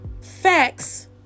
facts